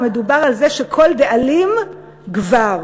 מדובר על זה שכל דאלים גבר.